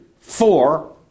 four